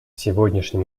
сегодняшнем